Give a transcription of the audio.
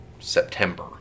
september